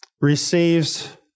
receives